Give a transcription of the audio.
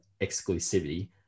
exclusivity